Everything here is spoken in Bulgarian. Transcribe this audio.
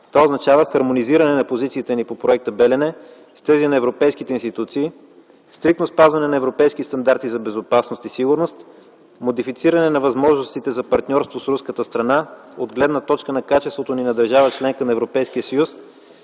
Това означава хармонизиране на позициите ни по проекта „Белене” с тези на европейските институции, стриктно спазване на европейските стандарти за безопасност и сигурност, модифициране на възможностите за партньорство с руската страна от гледна точка на качеството ни на държава – членка на Европейския съюз,